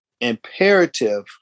imperative